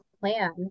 plan